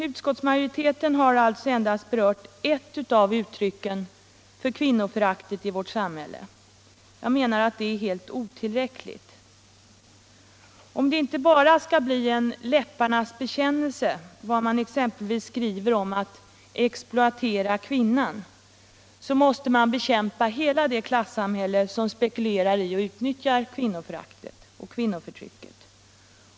Utskottsmajoriteten har alltså endast berört ett av uttrycken för kvinnoföraktet i vårt samhälle. Jag menar att det är helt otillräckligt. Om det som man skriver om t.ex. att exploatera kvinnan inte bara skall bli en läpparnas bekännelse, måste man bekämpa hela det klassamhälle som spekulerar i att utnyttja kvinnoföraktet och kvinnoförtrycket.